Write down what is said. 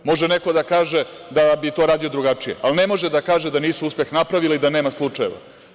Može neko da kaže da bi to radio drugačije, ali ne može da kaže da nisu uspeh napravile i da nema slučajeva.